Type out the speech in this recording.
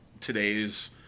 today's